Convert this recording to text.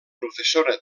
professora